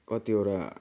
कतिवटा